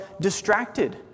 distracted